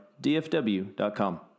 dfw.com